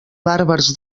bàrbars